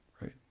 right